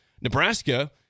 Nebraska